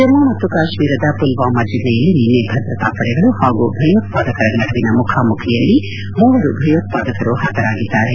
ಜಮ್ಮು ಮತ್ತು ಕಾಶ್ಮೀರದ ಪುಲ್ವಾಮಾ ಜಿಲ್ಲೆಯಲ್ಲಿ ನಿನ್ನೆ ಭದ್ರತಾ ಪಡೆಗಳು ಪಾಗೂ ಭಯೋತ್ವಾದಕರ ನಡುವಿನ ಮುಖಾಮುಖಿಯಲ್ಲಿ ಮೂವರು ಭಯೋತ್ಪಾದಕರು ಹತರಾಗಿದ್ದಾರೆ